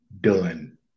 done